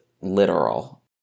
literal